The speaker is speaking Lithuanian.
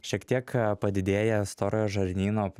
šiek tiek padidėja storojo žarnyno